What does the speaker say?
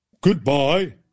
Goodbye